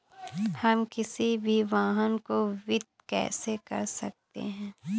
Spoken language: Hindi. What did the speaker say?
हम किसी भी वाहन को वित्त कैसे कर सकते हैं?